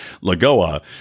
Lagoa